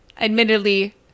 admittedly